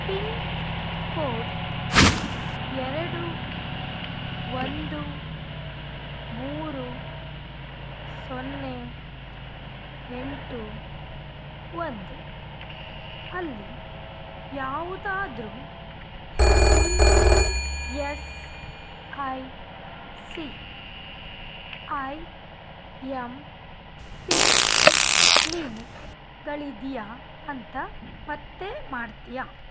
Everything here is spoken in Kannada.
ಪಿನ್ ಕೋಡ್ ಎರಡು ಒಂದು ಮೂರು ಸೊನ್ನೆ ಎಂಟು ಒಂದು ಅಲ್ಲಿ ಯಾವುದಾದರು E S I C I M P ಕ್ಲೀನಿಕಗಳಿದೆಯಾ ಅಂತ ಪತ್ತೆ ಮಾಡ್ತೀಯಾ